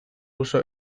uso